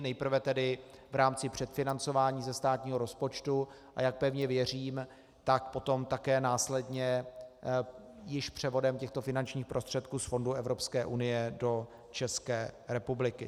Nejprve tedy v rámci předfinancování ze státního rozpočtu, a jak pevně věřím, tak potom také následně již převodem těchto finančních prostředků z fondů Evropské unie do České republiky.